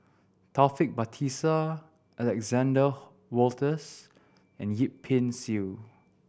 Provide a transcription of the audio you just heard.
Taufik Batisah Alexander Wolters and Yip Pin Xiu